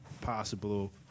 possible